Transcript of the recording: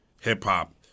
hip-hop